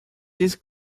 this